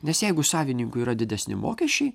nes jeigu savininkui yra didesni mokesčiai